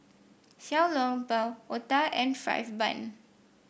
Xiao Long Bao otah and fried bun